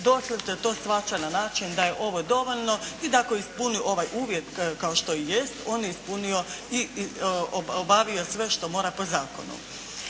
doslovce to shvaća na način da je ovo dovoljno i da ako ispuni ovaj uvjet kao što i jest on je ispunio i obavio sve što mora po zakonu.